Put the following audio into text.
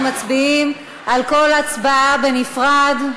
אנחנו מצביעים על כל הצעה בנפרד.